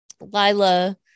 Lila